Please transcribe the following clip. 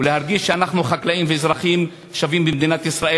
ולהרגיש שאנחנו חקלאים ואזרחים שווים במדינת ישראל.